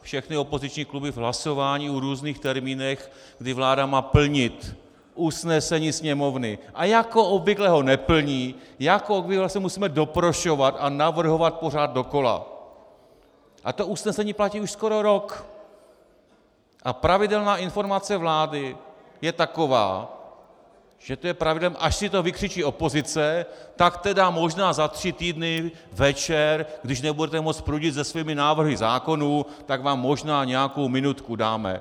Všechny opoziční kluby v hlasováních o různých termínech, kdy vláda má plnit usnesení Sněmovny, a jako obvykle ho neplní, jako obvykle se musíme doprošovat a navrhovat pořád dokola, a to usnesení platí už skoro rok, a pravidelná informace vlády je taková, že to je pravidlem, až si to vykřičí opozice, tak tedy možná za tři týdny večer, když nebudete moc prudit se svými návrhy zákonů, tak vám možná nějakou minutku dáme.